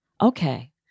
Okay